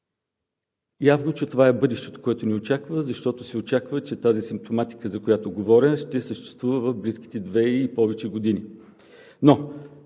Явно, че това е бъдещето, което ни очаква, защото се очаква, че тази симптоматика, за която говоря, ще съществува в близките две и повече години.